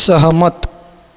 सहमत